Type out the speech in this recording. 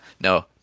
no